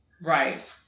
Right